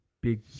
Big